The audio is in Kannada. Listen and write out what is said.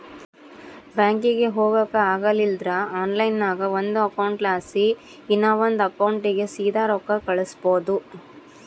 ಬ್ಯಾಂಕಿಗೆ ಹೊಗಾಕ ಆಗಲಿಲ್ದ್ರ ಆನ್ಲೈನ್ನಾಗ ಒಂದು ಅಕೌಂಟ್ಲಾಸಿ ಇನವಂದ್ ಅಕೌಂಟಿಗೆ ಸೀದಾ ರೊಕ್ಕ ಕಳಿಸ್ಬೋದು